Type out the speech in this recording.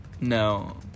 No